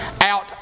out